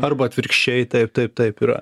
arba atvirkščiai taip taip taip yra